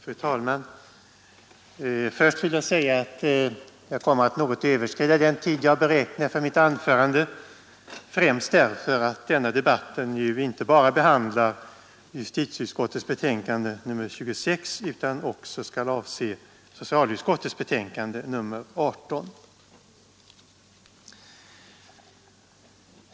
Fru talman! Först vill jag säga att jag kommer att överskrida den tid som jag har beräknat för mitt anförande, främst därför att denna debatt omfattar inte bara justitieutskottets betänkande nr 26 utan också socialutskottets betänkande nr 18.